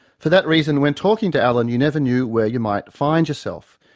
for that reason when talking to alan you never knew where you might find yourself.